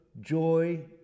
joy